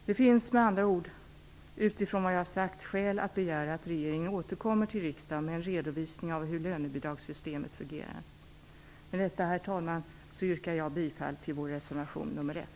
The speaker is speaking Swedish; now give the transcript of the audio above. Det finns med andra ord, utifrån vad jag har sagt, skäl att begära att regeringen återkommer till riksdagen med en redovisning av hur lönebidragssystemet fungerar. Med detta, herr talman, yrkar jag bifall till vår reservation nr 1.